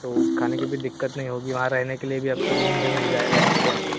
तो खाने की भी दिक्कत नहीं होगी वहाँ रहने के लिए भी आपको रूम भी मिल जाएगा यहाँ पे आपको